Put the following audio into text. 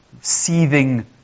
seething